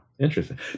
Interesting